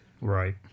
right